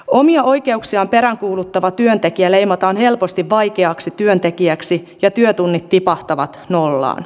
omia oikeuksiaan peräänkuuluttava työntekijä leimataan helposti vaikeaksi työntekijäksi ja työtunnit tipahtavat nollaan